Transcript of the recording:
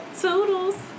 toodles